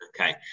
Okay